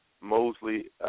Mosley